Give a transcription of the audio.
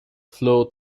flow